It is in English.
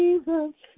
Jesus